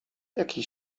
jaki